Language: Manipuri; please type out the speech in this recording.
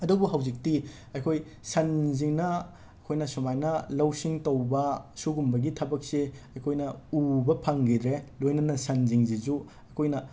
ꯑꯗꯨꯕꯨ ꯍꯧꯖꯤꯛꯇꯤ ꯑꯩꯈꯣꯏ ꯁꯟꯁꯤꯅ ꯑꯩꯈꯣꯏꯅ ꯁꯨꯃꯥꯏꯅ ꯂꯧꯎ ꯁꯤꯡꯎ ꯇꯧꯕ ꯁꯤꯒꯨꯝꯕꯒꯤ ꯊꯕꯛꯁꯦ ꯑꯩꯈꯣꯏꯅ ꯎꯕ ꯐꯪꯈꯤꯗ꯭ꯔꯦ ꯂꯣꯏꯅꯅ ꯁꯟꯁꯤꯡꯁꯤꯁꯨ ꯑꯩꯈꯣꯏꯅ